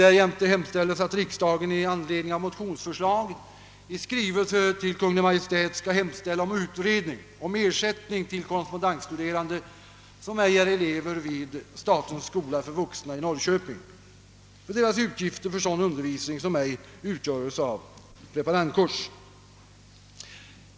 Därjämte begärs att riksdagen i anledning av motionsförslag i skrivelse till Kungl. Maj:t skall »hemställa om utredning om ersättning till korrespondensstuderande, som ej är elever vid statens skola för vuxna i Norrköping, för deras utgifter för sådan undervisning som ej utgöres av preparandkurs».